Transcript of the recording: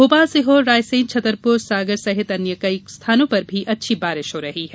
भोपाल सीहोर रायसेन छतरपुर सागर सहित अन्य कई स्थानों पर भी अच्छी बारिश हो रही है